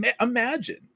imagine